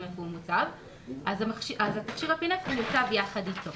איפה הוא מוצב אז תכשיר האפינפרין יוצב יחד איתו,